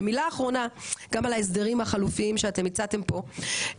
ומילה אחרונה גם על ההסדרים החלופיים שאתם הצעתם פה,